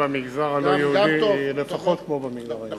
הירידה במגזר הלא-יהודי היא לפחות כמו במגזר היהודי.